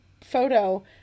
photo